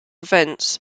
events